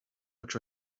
which